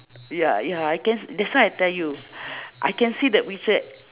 ya ya I can s~ that's why I tell you I can see that picture